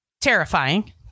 terrifying